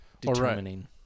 determining